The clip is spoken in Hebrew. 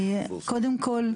קודם כל,